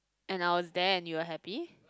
and I was there and you were happy